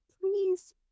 please